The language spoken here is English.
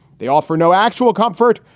they offer no actual comfort,